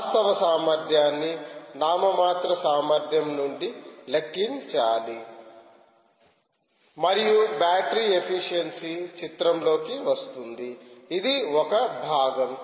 వాస్తవ సామర్థ్యాన్ని నామమాత్ర సామర్థ్యం నుండి లెక్కించాలి మరియు బ్యాటరీ ఎఫిషియన్సీ చిత్రంలోకి వస్తుంది ఇది ఒక భాగం